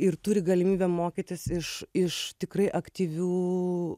ir turi galimybę mokytis iš iš tikrai aktyvių